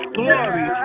glory